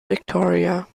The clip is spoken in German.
victoria